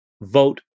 vote